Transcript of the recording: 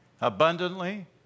abundantly